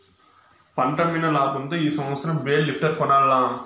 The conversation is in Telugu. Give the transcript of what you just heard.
పంటమ్మిన లాబంతో ఈ సంవత్సరం బేల్ లిఫ్టర్ కొనాల్ల